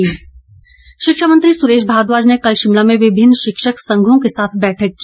सुरेश भारद्वाज शिक्षा मंत्री सुरेश भारद्वाज ने कल शिमला में विभिन्न शिक्षक संघों के साथ बैठक की